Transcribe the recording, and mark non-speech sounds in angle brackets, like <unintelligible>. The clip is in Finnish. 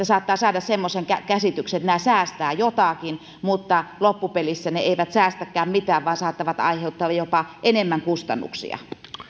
<unintelligible> saattaa saada semmoisen käsityksen että nämä säästävät jotakin mutta loppupeleissä ne eivät säästäkään mitään vaan saattavat aiheuttaa jopa enemmän kustannuksia